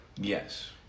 Yes